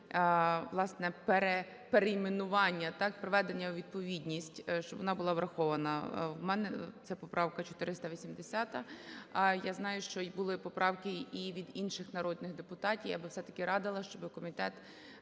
власне перейменування, так, приведення у відповідність, щоб вона була врахована. В мене це поправка 480. Я знаю, що були поправки і від інших народних депутатів. Я би, все-таки, радила, щоби комітет,